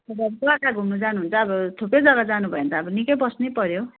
हजुर कहाँ कहाँ घुम्नु जानुहुन्छ अब थुप्रै जग्गा जानुभयो भने त अब निकै बस्नै पर्यो